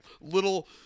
little